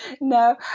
No